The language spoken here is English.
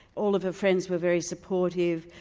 all of her friends were very supportive,